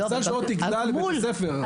סל שעות יגדל בבית הספר,